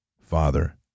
father